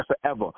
forever